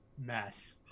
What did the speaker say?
mess